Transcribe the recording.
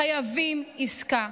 חייבים עסקה.